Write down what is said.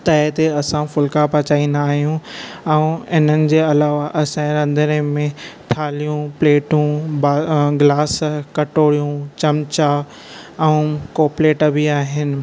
तए ते असां फूल्का पचाईंदा आहियूं ऐं हिननि जे अलावा असांजे रंधिणे में थालियूं प्लेटियूं गिलास कटोरियूं चमचा ऐं कोप प्लेट बिआहिनि